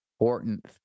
important